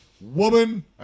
woman